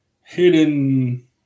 hidden